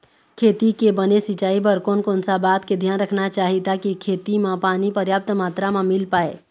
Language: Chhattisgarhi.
खेती के बने सिचाई बर कोन कौन सा बात के धियान रखना चाही ताकि खेती मा पानी पर्याप्त मात्रा मा मिल पाए?